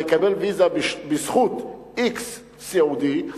מקבל ויזה בזכות x סיעודי,